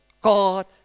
God